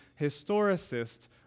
historicist